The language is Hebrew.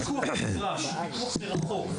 פיקוח מרחוק.